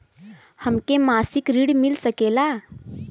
हमके मासिक ऋण मिल सकेला?